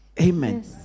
Amen